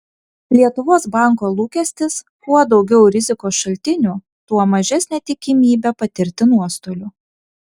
lietuvos banko lūkestis kuo daugiau rizikos šaltinių tuo mažesnė tikimybė patirti nuostolių